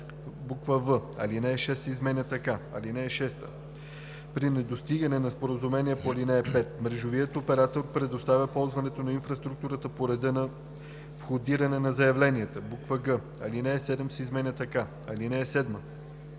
в) Алинея 6 се изменя така: „(6) При непостигане на споразумение по ал. 5, мрежовият оператор предоставя ползването на инфраструктурата по реда на входиране на заявленията.“ г) Алинея 7 се изменя така: „(7)